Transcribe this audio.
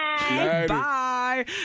Bye